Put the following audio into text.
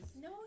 No